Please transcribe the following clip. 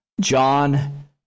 John